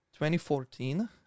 2014